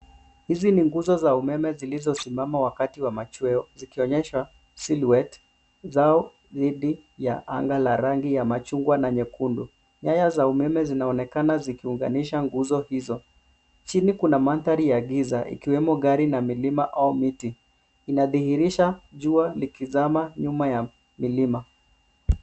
Hizi ni nguzo za umeme zilizosimama wakati wa machweo zikionyesha silhouette zao dhidi ya anga la rangi ya machumgwa na nyekundu. Nyaya za umeme zinaonekana zikiunganisha nguzo hizo. Chini kuna mandhari ya giza ikiwemo gari na milima au miti. Inadhihirisha jua likizama nyuma ya milima.